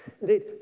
Indeed